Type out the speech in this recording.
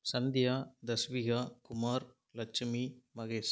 Sandhya Tasvika Kumar Lakshmi Mahesh